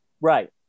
Right